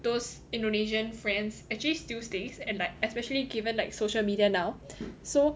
those indonesian friends actually still stays and like especially given like social media now so